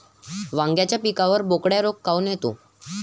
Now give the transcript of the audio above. वांग्याच्या पिकावर बोकड्या रोग काऊन येतो?